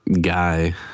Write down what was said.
guy